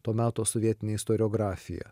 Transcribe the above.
to meto sovietinė istoriografija